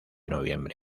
noviembre